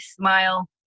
Smile